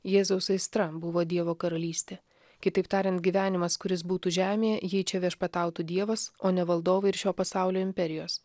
jėzaus aistra buvo dievo karalystė kitaip tariant gyvenimas kuris būtų žemėje jei čia viešpatautų dievas o ne valdovai ir šio pasaulio imperijos